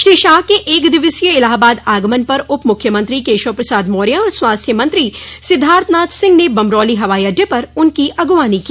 श्री शाह के एक दिवसीय इलाहाबाद आगमन पर उप मुख्यमंत्री केशव प्रसाद मौर्य और स्वास्थ्य मंत्री सिद्धार्थनाथ सिंह ने बमरौली हवाई अड़डे पर उनकी अगूवानी की